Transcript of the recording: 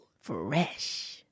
Fresh